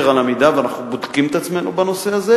על המידה ואנחנו בודקים את עצמנו בנושא הזה,